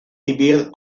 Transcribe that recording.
vivir